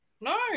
no